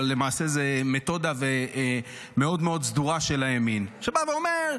אבל למעשה זו מתודה מאוד-מאוד סדורה של הימין שבא ואומר: